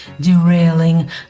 derailing